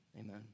Amen